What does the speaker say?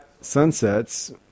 sunsets